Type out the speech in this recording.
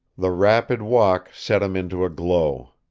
the rapid walk set him into a glow.